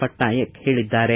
ಪಟ್ನಾಯಕ್ ಹೇಳಿದ್ದಾರೆ